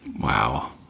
Wow